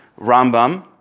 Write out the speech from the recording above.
Rambam